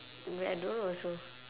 don't know I don't know also